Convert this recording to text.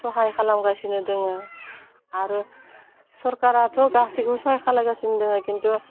सहाय खालामगासिनो दोङो आरो सरकाराथ' गासिबो सहाय खालायगासिनो दोङो खिन्थु